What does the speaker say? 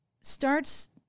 starts